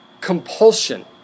compulsion